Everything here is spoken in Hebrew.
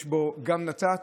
יש בו גם נת"צ,